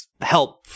help